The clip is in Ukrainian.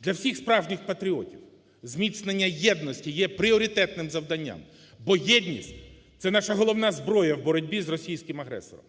Для всіх справжніх патріотів зміцнення єдності є пріоритетним завданням, бо єдність – це наша головна зброя в боротьбі із російським агресором.